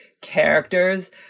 characters